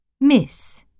miss